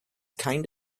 kind